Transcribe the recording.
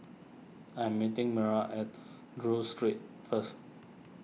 I am meeting Myron at Duke Street first